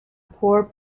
poor